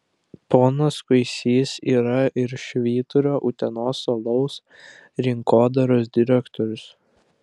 ponas kuisys yra ir švyturio utenos alaus rinkodaros direktorius